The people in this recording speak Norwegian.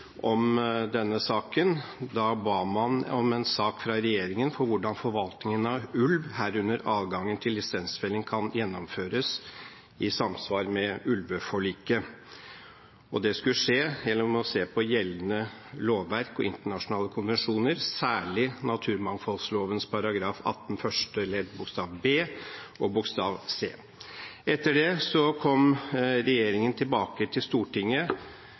om denne saken. Da ba man om en sak fra regjeringen om hvordan forvaltningen av ulv, herunder adgangen til lisensfelling, kan gjennomføres i samsvar med ulveforliket. Det skulle skje gjennom å se på gjeldende lovverk og internasjonale konvensjoner, særlig naturmangfoldloven § 18 første ledd b og c. Etter det kom regjeringen tilbake til Stortinget